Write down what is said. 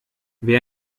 wer